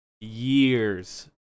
years